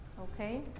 okay